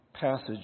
passage